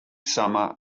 summer